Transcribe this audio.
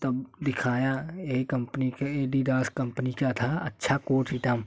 तब दिखाया ये कंपनी के एडिडास कंपनी का था अच्छा कोट ही था